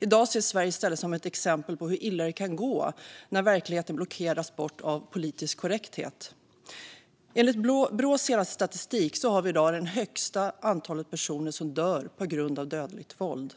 I dag ses Sverige i stället som ett exempel på hur illa det kan gå när verkligheten blockeras bort av politisk korrekthet. Enligt Brås senaste statistik har vi i dag det högsta antalet personer som dör på grund av dödligt våld.